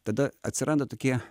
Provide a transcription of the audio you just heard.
tada atsiranda tokie